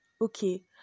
Okay